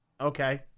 Okay